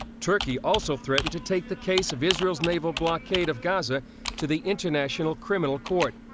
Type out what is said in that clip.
turkey also threatened to take the case of israel's naval blockade of gaza to the international criminal court.